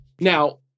Now